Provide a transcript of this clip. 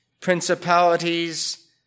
principalities